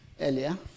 earlier